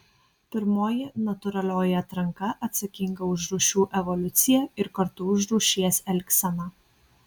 pirmoji natūralioji atranka atsakinga už rūšių evoliuciją ir kartu už rūšies elgseną